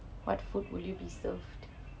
what food will you be served